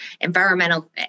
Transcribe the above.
environmental